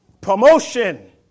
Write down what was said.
Promotion